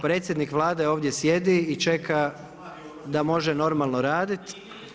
Predsjednik Vlade ovdje sjedi i čeka da može normalno raditi.